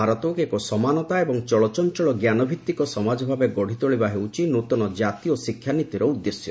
ଭାରତକୁ ଏକ ସମାନତା ଏବଂ ଚଳଚଞ୍ଚଳ ଜ୍ଞାନଭିତ୍ତିକ ସମାଜ ଭାବେ ଗଢ଼ିତୋଳିବା ହେଉଛି ନୂଆ କ୍ରାତୀୟ ଶିକ୍ଷାନୀତିର ଉଦ୍ଦେଶ୍ୟ